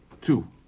Two